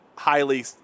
highly